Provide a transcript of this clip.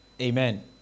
Amen